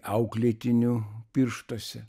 auklėtinių pirštuose